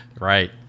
Right